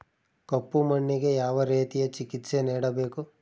ಕಪ್ಪು ಮಣ್ಣಿಗೆ ಯಾವ ರೇತಿಯ ಚಿಕಿತ್ಸೆ ನೇಡಬೇಕು?